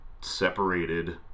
separated